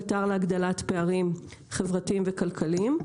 קטר להגדלת פערים חברתיים וכלכליים.